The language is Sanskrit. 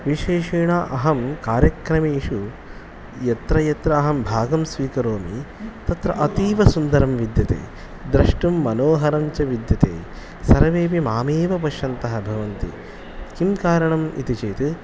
विशेषेण अहं कार्यक्रमेषु यत्र यत्र अहं भागं स्वीकरोमि तत्र अतीवसुन्दरं विद्यते द्रष्टुं मनोहरं च विद्यते सर्वेपि मामेव पश्यन्तः भवन्ति किं कारणम् इति चेत्